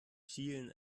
schielen